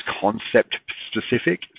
concept-specific